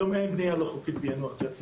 היום אין בנייה לא חוקית ביאנוח ג'ת,